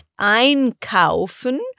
einkaufen